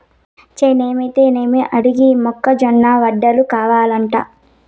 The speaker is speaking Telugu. చేనేమైతే ఏమి ఆడికి మొక్క జొన్న వడలు కావలంట